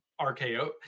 RKO